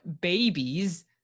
babies